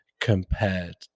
compared